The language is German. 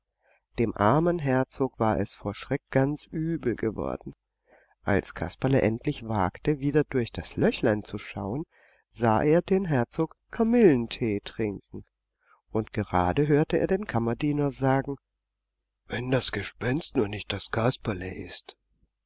dem armen herzog war es vor schreck ganz übel geworden als kasperle endlich wagte wieder durch das löchlein zu schauen sah er den herzog kamillentee trinken und gerade hörte er den kammerdiener sagen wenn das gespenst nur nicht das kasperle ist